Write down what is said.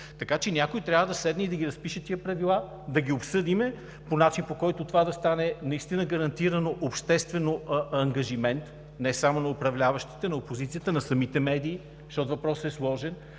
Така че някой трябва да седне и да ги разпише тези правила, да ги обсъдим по начин, по който това да стане наистина гарантиран обществен ангажимент не само на управляващите, на опозицията, на самите медии, защото въпросът е сложен.